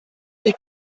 ich